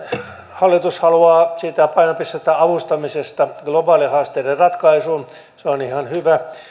hallitus haluaa siirtää painopistettä avustamisesta globaalien haasteiden ratkaisuun se on ihan hyvä